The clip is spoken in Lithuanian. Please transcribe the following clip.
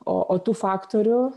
o o tų faktorių